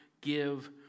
give